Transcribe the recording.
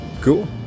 Cool